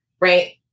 Right